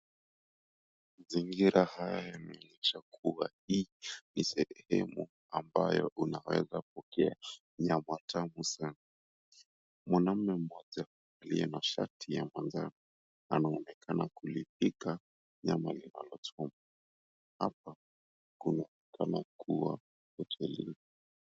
Mazingira haya yanaonyesha kuwa hii ni sehemu ambayo unaweza pokea nyama tamu sana. Mwanaume mmoja aliye na shati ya manjano anaonekana kulipika nyama linalochomwa. Hapa kuna kama kuwa hoteli.